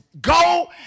Go